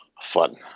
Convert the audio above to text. fun